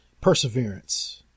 Perseverance